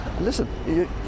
Listen